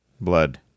blood